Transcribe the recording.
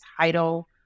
title